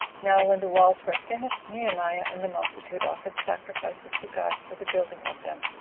now when the walls were finished, nehemiah and the multitude offered sacrifices to god for the building of them,